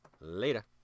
Later